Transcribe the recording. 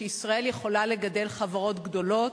שישראל יכולה לגדל חברות גדולות,